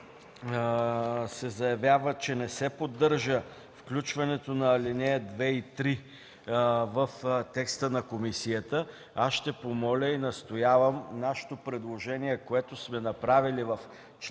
се заявява – не се поддържа включването на ал. 2 и 3 в текста на комисията, ще помоля и настоявам нашето предложение, което сме направили в чл.